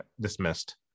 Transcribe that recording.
dismissed